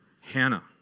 Hannah